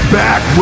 back